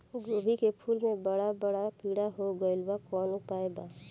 गोभी के फूल मे बड़ा बड़ा कीड़ा हो गइलबा कवन उपाय बा?